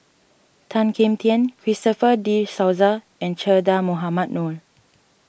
Tan Kim Tian Christopher De Souza and Che Dah Mohamed Noor